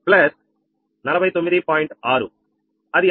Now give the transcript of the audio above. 6 అది 0